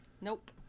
Nope